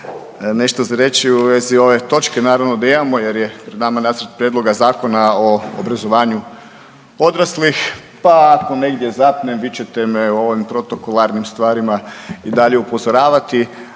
nešto za reći u vezi ove točke, naravno da imamo jer je nama Nacrt prijedloga Zakona o obrazovanju odraslih, pa ako negdje zapnem vi ćete me o ovim protokolarnim stvarima i dalje upozoravati.